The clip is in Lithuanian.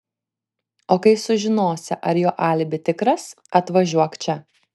o kai sužinosi ar jo alibi tikras atvažiuok čia